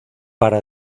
para